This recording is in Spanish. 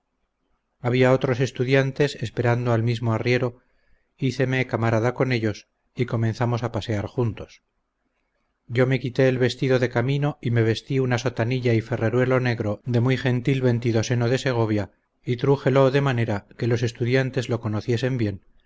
había otros estudiantes esperando al mismo arriero híceme camarada con ellos y comenzamos a pasear juntos yo me quité el vestido de camino y me vestí una sotanilla y ferreruelo negro de muy gentil ventidoseno de segovia y trújelo de manera que los estudiantes lo conociesen bien